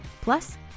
Plus